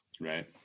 Right